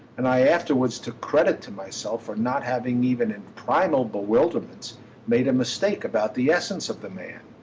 and i afterwards took credit to myself for not having even in primal bewilderments made a mistake about the essence of the man.